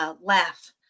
laugh